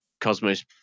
Cosmos